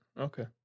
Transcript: okay